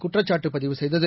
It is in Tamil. குற்றச்சாட்டு பதிவு செய்தது